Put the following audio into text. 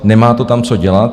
Nemá to tam co dělat.